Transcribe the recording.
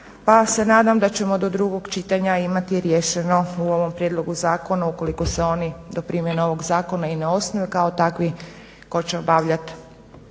pa se nadam da ćemo do drugog čitanja imati riješeno u ovom prijedlogu zakona ukoliko se oni do primjene novog zakona i ne osnuju kao takvi koji će obavljat